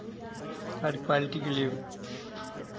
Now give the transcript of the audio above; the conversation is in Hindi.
हर क्वालिटी के लिए